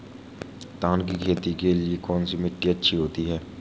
धान की खेती के लिए कौनसी मिट्टी अच्छी होती है?